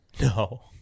No